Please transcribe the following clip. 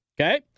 okay